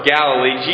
Galilee